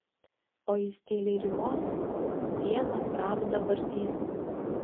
o jis tyliai rymos dieną pravdą vartys